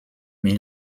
mais